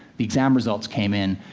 the exam results came in,